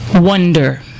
Wonder